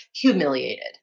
humiliated